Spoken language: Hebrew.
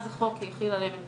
אז החוק יחיל עליהם את